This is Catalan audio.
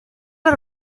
les